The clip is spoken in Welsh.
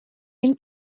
ein